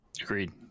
Agreed